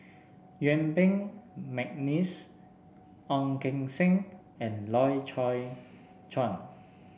Yuen Peng McNeice Ong Keng Sen and Loy Chye Chuan